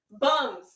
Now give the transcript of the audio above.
bums